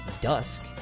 dusk